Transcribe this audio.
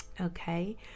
Okay